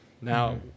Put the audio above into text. Now